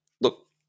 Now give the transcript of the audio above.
look